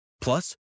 Plus